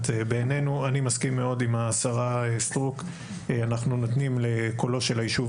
המשך התפקוד שלו כיישוב